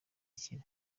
akira